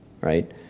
right